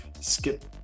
skip